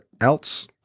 else